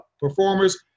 performers